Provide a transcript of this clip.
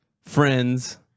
friends